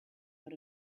out